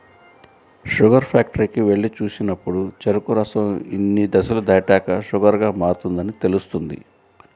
sugar ఫ్యాక్టరీకి వెళ్లి చూసినప్పుడు చెరుకు రసం ఇన్ని దశలు దాటాక షుగర్ గా మారుతుందని తెలుస్తుంది